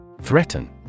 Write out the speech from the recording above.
Threaten